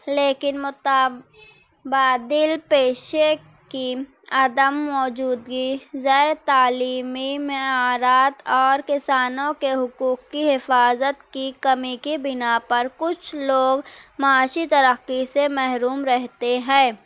لیکن متابادل پیشے کی عدم موجودگی زیر تعلیمی معیارات اور کسانوں کے حقوق کی حفاظت کی کمی کی بنا پر کچھ لوگ معاشی ترقی سے محروم رہتے ہیں